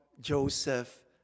Joseph